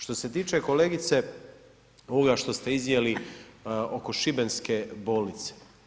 Što se tiče kolegice ovoga što ste iznijeli oko šibenske bolnice.